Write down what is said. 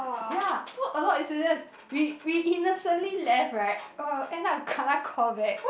ya so a lot incidents we we innocently left right uh end up kena call back